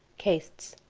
castes